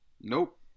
Nope